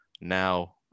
now